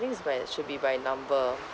I think is by should be by number